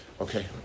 Okay